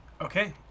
Okay